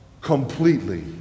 completely